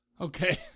Okay